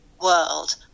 world